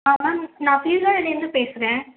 ஆ ma'am நான் சீர்காழிலருந்து பேசுகிறேன்